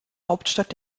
hauptstadt